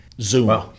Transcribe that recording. Zoom